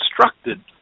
constructed